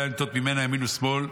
לא היה לנטות ממנה ימין ושמאל,